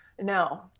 No